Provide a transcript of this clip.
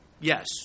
Yes